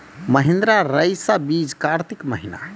महिंद्रा रईसा बीज कार्तिक महीना?